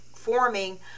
Forming